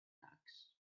tacks